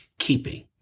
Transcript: keeping